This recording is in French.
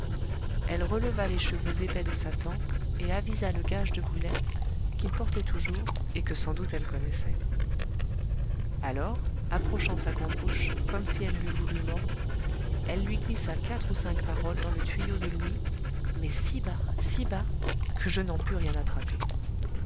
elle releva les cheveux épais de sa tempe et avisa le gage de brulette qu'il portait toujours et que sans doute elle connaissait alors approchant sa grande bouche comme si elle l'eût voulu mordre elle lui glissa quatre ou cinq paroles dans le tuyau de l'ouïe mais si bas si bas que je n'en pus rien attraper